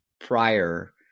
prior